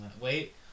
Wait